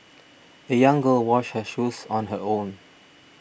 the young girl washed her shoes on her own